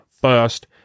first